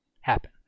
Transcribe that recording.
happen